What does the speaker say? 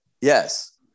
Yes